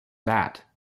bat